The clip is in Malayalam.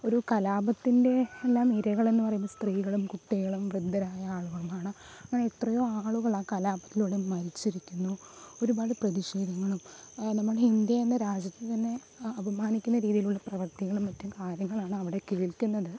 ഒരു കലാപത്തിന്റെ എല്ലാം ഇരകൾ എന്ന് പറയുമ്പോൾ സ്ത്രീകളും കുട്ടികളും വൃദ്ധരായ ആളുകളും ആണ് അങ്ങനെ എത്രയോ ആളുകൾ ആ കലാപത്തിലൂടെ മരിച്ചിരിക്കുന്നു ഒരുപാട് പ്രതിഷേധങ്ങളും നമ്മുടെ ഇന്ത്യ എന്ന രാജ്യത്തെ തന്നെ അപമാനിക്കുന്ന രീതിയിലുള്ള പ്രവർത്തികളും മറ്റു കാര്യങ്ങളാണ് അവിടെ കേൾക്കുന്നത്